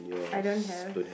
I don't have